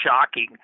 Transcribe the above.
shocking